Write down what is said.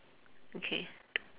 okay